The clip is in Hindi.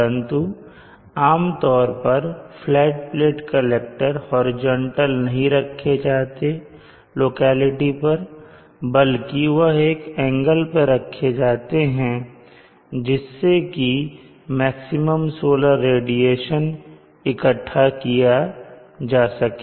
परंतु आमतौर पर फ्लैट प्लेट कलेक्टर हॉरिजॉन्टल नहीं रखे जाते हैं लोकेलिटी पर बल्कि वह एक एंगल पर रखे जाते हैं जिससे कि मैक्सिमम सोलर रेडिएशन को इकट्ठा किया जा सके